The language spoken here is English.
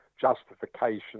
justification